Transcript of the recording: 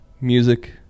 Music